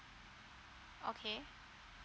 okay